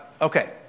Okay